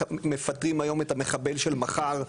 שמפטרים היום את המחבל של מחר,